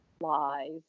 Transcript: lies